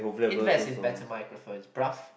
invest in better microphone bruh